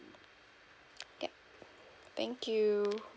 okay thank you